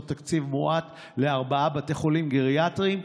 תקציב מועט לארבעה בתי חולים גריאטריים,